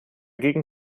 gegen